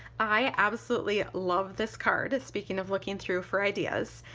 i absolutely love this card, speaking of looking through for ideas.